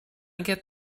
get